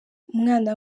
umwana